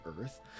Earth